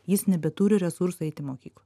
jis nebeturi resursų eit į mokyklą